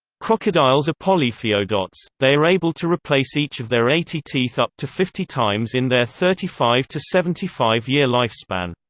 crocodiles are polyphyodonts they are able to replace each of their eighty teeth up to fifty times in their thirty five to seventy five year lifespan.